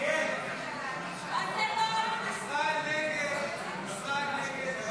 ההסתייגות לא